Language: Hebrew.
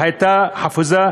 הייתה חפוזה,